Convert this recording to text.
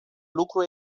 lucru